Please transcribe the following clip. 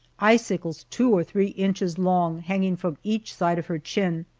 icicles two or three inches long hanging from each side of her chin,